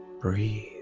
Breathe